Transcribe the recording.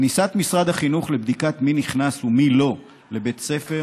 כניסת משרד החינוך לבדיקה מי נכנס לבית ספר